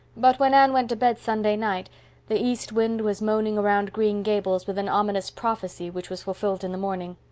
but when anne went to bed sunday night the east wind was moaning around green gables with an ominous prophecy which was fulfilled in the morning.